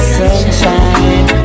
sunshine